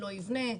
לא יבנה,